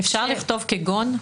אפשר לכתוב "כגון"?